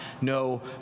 no